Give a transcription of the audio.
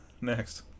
next